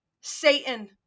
Satan